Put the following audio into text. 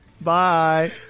Bye